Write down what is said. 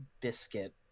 Biscuit